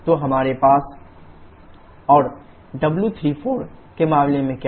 तो हमारे पास q34 0 और w34 के बारे में क्या